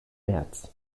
märz